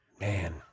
Man